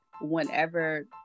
whenever